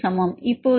இப்போது இ 49 3